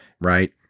right